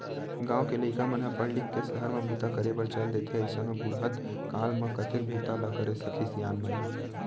गाँव के लइका मन ह पड़ लिख के सहर म बूता करे बर चल देथे अइसन म बुड़हत काल म कतेक बूता ल करे सकही सियान मन ह